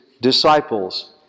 disciples